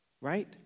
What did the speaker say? Right